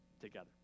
together